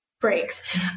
breaks